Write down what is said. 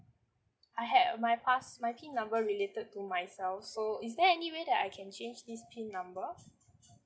I had a my pass~ my PIN number related to myself so is there any way that I can change this PIN number